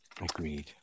Agreed